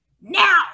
now